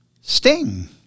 sting